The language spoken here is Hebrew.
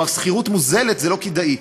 כלומר שכירות מוזלת זה לא כדאי.